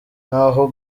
nkaho